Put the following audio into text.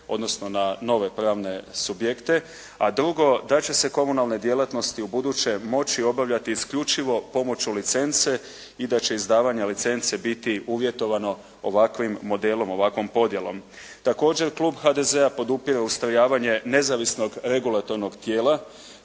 odnosno na nove pravne subjekte. A drugo, da će se komunalne djelatnosti ubuduće moći obavljati isključivo pomoću licence i da će izdavanja licence biti uvjetovano ovakvim modelom, ovakvom podjelom. Također, klub HDZ-a podupire ustrojavanje nezavisnog regulatornog tijela